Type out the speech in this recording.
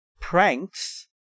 pranks